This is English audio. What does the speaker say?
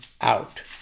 out